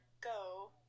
go